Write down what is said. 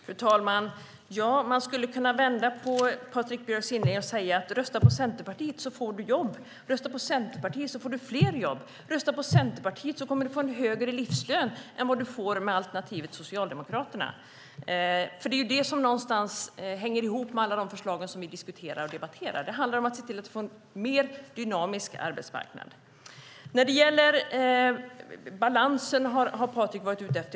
Fru talman! Ja, man skulle kunna vända på Patrik Björcks inledning och säga: Rösta på Centerpartiet så får du jobb! Rösta på Centerpartiet så får du fler jobb! Rösta på Centerpartiet så kommer du att få en högre livslön än vad du får med alternativet Socialdemokraterna! Det är det som någonstans hänger ihop med alla de förslag som vi diskuterar och debatterar. Det handlar om att se till att få en mer dynamisk arbetsmarknad. Patrik Björck har varit ute efter balansen.